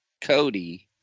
Cody